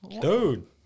Dude